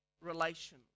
relation